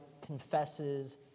confesses